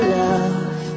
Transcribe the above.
love